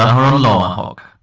um la la